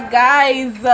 guys